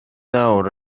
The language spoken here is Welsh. nawr